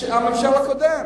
הממשל הקודם.